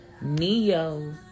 Neo